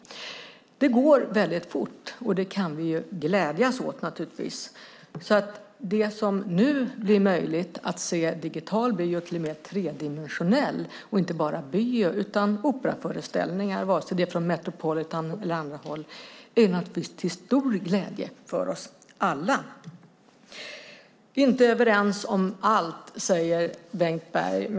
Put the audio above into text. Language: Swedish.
Det går väldigt fort, och det kan vi naturligtvis glädjas åt. Det som nu blir möjligt, att se digital bio och till och med tredimensionell bio, och inte bara bio utan operaföreställningar, vare sig det är från Metropolitan eller något annat håll, är naturligtvis till stor glädje för oss alla. Vi är inte överens om allt, säger Bengt Berg.